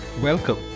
Welcome